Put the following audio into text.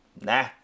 nah